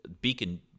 beacon